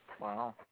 Wow